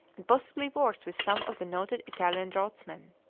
and possibly worked with some of the noted italian draughtsmen.